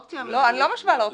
לא, אני לא משווה לאופציה המינהלית.